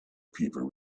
people